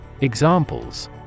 Examples